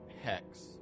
Hex